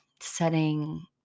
setting